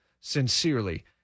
Sincerely